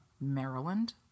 Maryland